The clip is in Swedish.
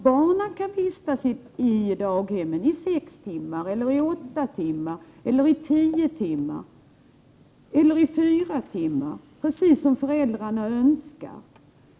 Barnen kan vistas i daghemmen sex timmar, åtta timmar, tio timmar eller fyra timmar, precis som föräldrarna önskar.